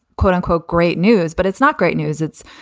quote unquote, great news. but it's not great news. it's,